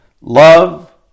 Love